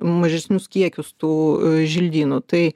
mažesnius kiekius tų želdynų tai